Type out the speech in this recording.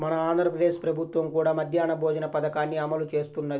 మన ఆంధ్ర ప్రదేశ్ ప్రభుత్వం కూడా మధ్యాహ్న భోజన పథకాన్ని అమలు చేస్తున్నది